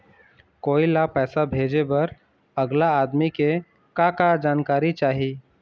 कोई ला पैसा भेजे बर अगला आदमी के का का जानकारी चाही?